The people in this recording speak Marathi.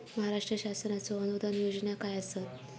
महाराष्ट्र शासनाचो अनुदान योजना काय आसत?